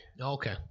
Okay